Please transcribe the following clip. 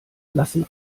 lassen